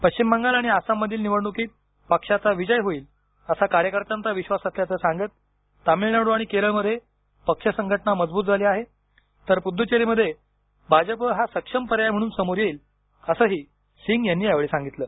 पश्चिम बंगाल आणि आसाममधील निवडणुकीत पक्षाचा विजय होईल असा कार्यकर्त्यांचा विश्वास असल्याचं सांगत तामिळनाडू आणि केरळमध्ये पक्ष संघटना मजबूत झाली आहे तर पुददूचेरीमध्ये भाजपा हा सक्षम पर्याय म्हणून समोर येईल असंही सिंग यांनी यावेळी सांगितलं